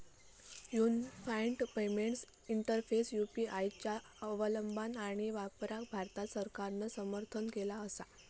unified payments interface UPI च्या अंमलबजावणी आणि वापराक भारत सरकारान समर्थन केला असा